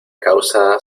causa